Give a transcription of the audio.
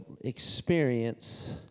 experience